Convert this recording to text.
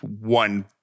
one